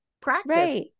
practice